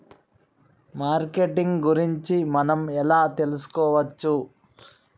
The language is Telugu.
మార్కెటింగ్ గురించి మనం ఎలా తెలుసుకోవచ్చు?